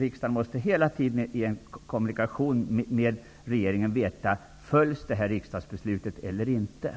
Riksdagen måste hela tiden ha en kommunikation med regeringen och veta om riksdagsbesluten följs.